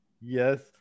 yes